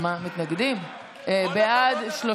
בעד,